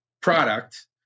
product